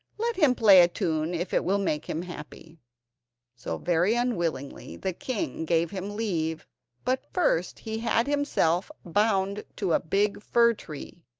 let him play a tune if it will make him happy so, very unwillingly, the king gave him leave but first he had himself bound to a big fir tree,